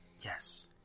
Yes